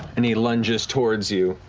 and he lunges towards you,